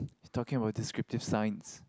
it's talking about descriptive science